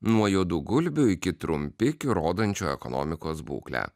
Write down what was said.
nuo juodų gulbių iki trumpikių rodančių ekonomikos būklę